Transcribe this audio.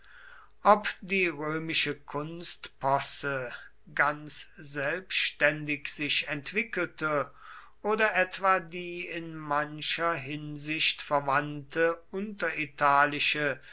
ob die römische kunstposse ganz selbständig sich entwickelte oder etwa die in mancher hinsicht verwandte